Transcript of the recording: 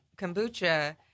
kombucha